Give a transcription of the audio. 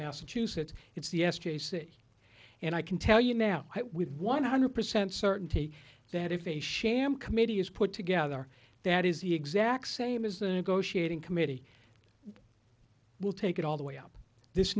massachusetts it's the s j c and i can tell you now with one hundred percent certainty that if a sham committee is put together that is the exact same as the negotiating committee will take it all the way up this